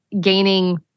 gaining